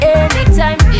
anytime